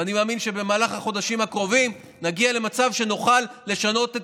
ואני מאמין שבמהלך החודשים הקרובים נגיע למצב שנוכל לשנות את